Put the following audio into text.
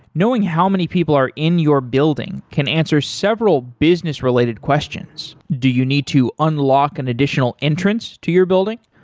knowing how many people are in your building can answer several business related questions. do you need to unlock an additional entrance to your building?